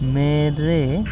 मेरे